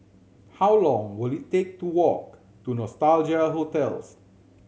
how long will it take to walk to Nostalgia Hotels